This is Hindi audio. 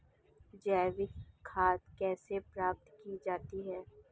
जैविक खाद कैसे प्राप्त की जाती है?